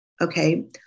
okay